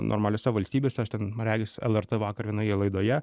normaliose valstybėse aš ten man regis lrt vakar vienoje laidoje